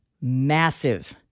massive